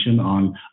on